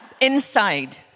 inside